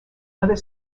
other